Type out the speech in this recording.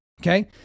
okay